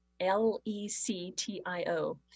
L-E-C-T-I-O